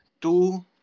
two